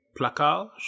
placage